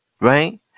Right